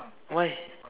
why